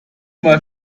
mal